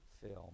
film